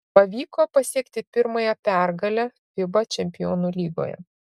pavyko pasiekti pirmąją pergalę fiba čempionų lygoje